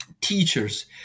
teachers